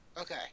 okay